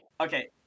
Okay